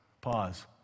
Pause